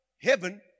heaven